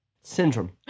Syndrome